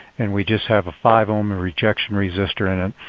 and we just have a five ohm and rejection resistor in it.